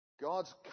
God's